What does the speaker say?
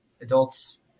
adults